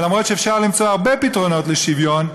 ואפילו שאפשר למצוא הרבה פתרונות לשוויון,